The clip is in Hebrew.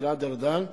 גלעד ארדן,